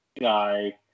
guy